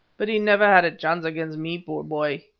but he never had a chance against me, poor boy.